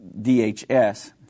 DHS